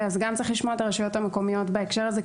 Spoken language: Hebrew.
אז צריך לשמוע גם את הרשויות המקומיות בהקשר הזה,